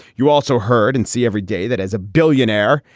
you also heard and see every day that as a billionaire,